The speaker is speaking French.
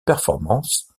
performance